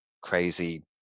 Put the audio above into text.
crazy